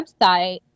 website